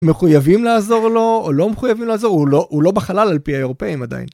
מחויבים לעזור לו או לא מחויבים לעזור, הוא לא בחלל על פי האירופאים עדיין.